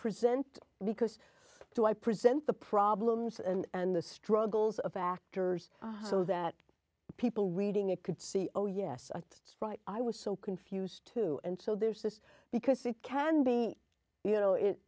present because to i present the problems and the struggles of actors so that people reading it could see oh yes i thought i was so confused too and so there's this because it can be you know